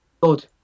Good